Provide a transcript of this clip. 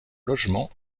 logements